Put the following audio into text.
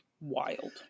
Wild